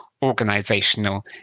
organizational